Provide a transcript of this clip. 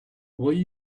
will